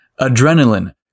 Adrenaline